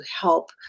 help